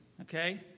okay